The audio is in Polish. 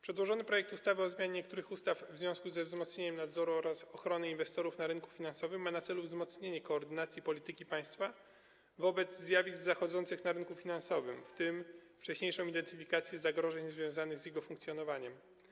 Przedłożony projekt ustawy o zmianie niektórych ustaw w związku ze wzmocnieniem nadzoru oraz ochrony inwestorów na rynku finansowym ma na celu wzmocnienie koordynacji polityki państwa wobec zjawisk zachodzących na rynku finansowym, w tym wcześniejszą identyfikację zagrożeń związanych z jego funkcjonowaniem.